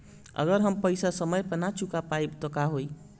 अगर हम पेईसा समय पर ना चुका पाईब त का होई?